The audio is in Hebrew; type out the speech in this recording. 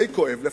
די כואב לפעמים,